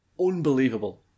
unbelievable